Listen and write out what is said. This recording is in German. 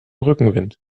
rückenwind